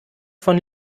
von